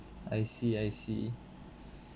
I see I see